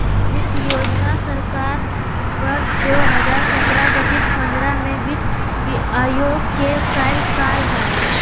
वित्त योजना सरकार वर्ष दो हजार सत्रह गठित पंद्रह में वित्त आयोग के कार्यकाल हइ